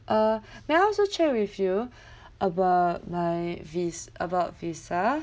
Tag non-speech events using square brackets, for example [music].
uh [breath] may I also check with you [breath] about my vis~ about visa